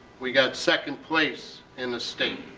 we got second place in the state.